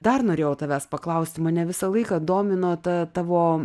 dar norėjau tavęs paklausti mane visą laiką domino ta tavo